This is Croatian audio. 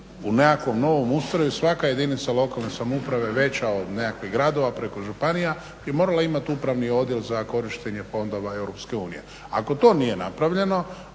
u nekakvom novom ustroju svaka jedinica lokalne samouprave veća od nekakvih gradova preko županija bi morala imati Upravni odjel za korištenje fondova EU. Ako to nije napravljeno